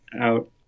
out